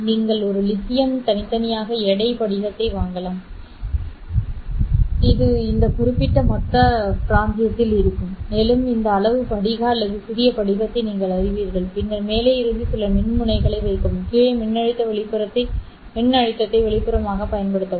நீங்கள் ஒரு லித்தியம் தனித்தனியாக எடை படிகத்தை வாங்கலாம் இது இந்த குறிப்பிட்ட மொத்த பிராந்தியத்தில் இருக்கும் மேலும் இந்த அளவு படிக அல்லது சிறிய படிகத்தை நீங்கள் அறிவீர்கள் பின்னர் மேலே இருந்து சில மின்முனைகளை வைக்கவும் கீழே மின்னழுத்தத்தை வெளிப்புறமாகப் பயன்படுத்தவும்